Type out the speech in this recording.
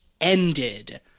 ended